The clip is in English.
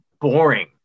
boring